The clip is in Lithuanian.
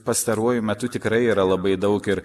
pastaruoju metu tikrai yra labai daug ir